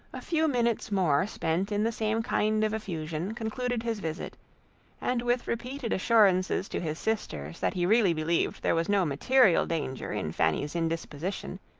a few minutes more spent in the same kind of effusion, concluded his visit and with repeated assurances to his sisters that he really believed there was no material danger in fanny's indisposition,